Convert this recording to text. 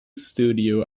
studio